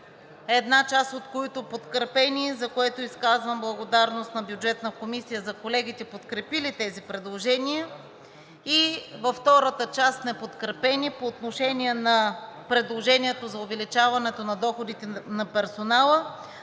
една част от които подкрепени, за което изказвам благодарност на Бюджетната комисия за колегите, подкрепили тези предложения, и във втората част неподкрепени по отношение на предложението за увеличаването на доходите на персонала,